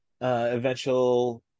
eventual